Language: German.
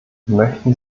möchten